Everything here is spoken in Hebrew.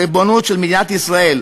בריבונות של מדינת ישראל?